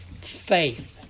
faith